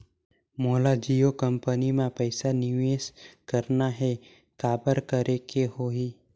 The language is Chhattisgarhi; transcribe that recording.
मोला जियो कंपनी मां पइसा निवेश करना हे, काबर करेके होही?